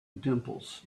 dimples